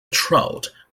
trout